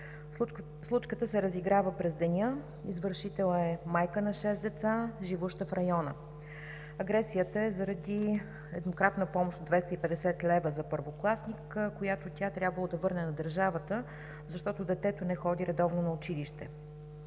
Случката се разиграва през деня, извършител е майка на шест деца, живуща в района. Агресията е заради еднократна помощ от 250 лв. за първокласник, която тя трябвало да върне на държавата, защото детето не ходи редовно на училище.